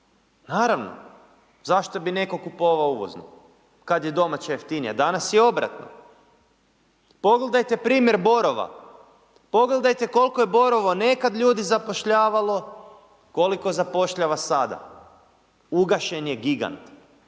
Naravno, zašto bi netko kupovao uvozno kada je domaće jeftinije? A danas je obratno. Pogledajte primjer Borova, pogledajte koliko je Borovo nekad ljudi zapošljavalo, koliko zapošljava sada, ugašen je gigant.